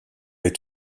est